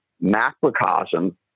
macrocosm